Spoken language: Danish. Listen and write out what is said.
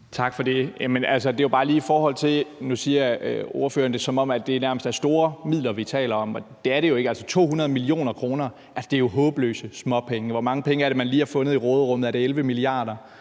Tak for det. Det var bare lige, i forhold til at ordføreren nu nærmest omtaler det, som om det er store midler, vi taler om. Det er det jo ikke. Altså, 200 mio. kr. er jo blot småpenge. Hvor mange penge er det, man lige har fundet i råderummet? Er det 11 mia.